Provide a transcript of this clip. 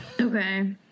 Okay